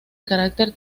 carácter